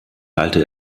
halte